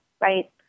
right